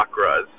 chakras